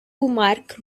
mark